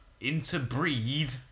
interbreed